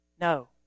No